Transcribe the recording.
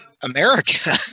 America